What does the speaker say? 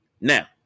Now